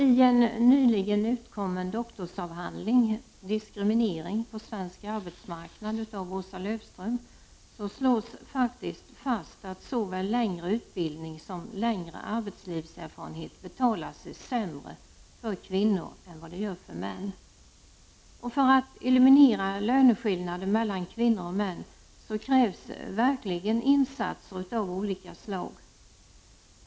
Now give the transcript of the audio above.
I en nyligen utkommen doktorsavhandling, Diskriminering på svensk arbetsmarknad, av Åsa Löfström, slås det faktiskt fast att såväl längre utbildning som längre arbetslivserfarenhet betalar sig sämre för kvinnor än för män. , För att eliminera löneskillnader mellan kvinnor och män krävs det verkligen insatser av olika slag.